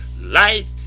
life